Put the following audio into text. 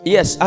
Yes